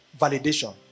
validation